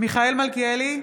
מיכאל מלכיאלי,